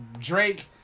Drake